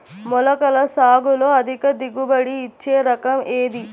మొలకల సాగులో అధిక దిగుబడి ఇచ్చే రకం ఏది?